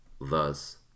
thus